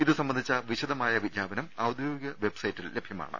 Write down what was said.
ഇത് സംബന്ധിച്ച വിശദമായ വിജ്ഞാ പനം ഔദ്യോഗിക വെബ്സൈറ്റിൽ ലഭ്യമാണ്